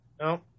No